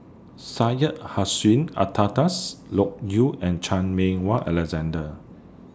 Syed Hussein Alatas Loke Yew and Chan Meng Wah Alexander